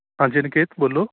ਹਾਂਜੀ ਅਨੀਕੇਤ ਬੋਲੋ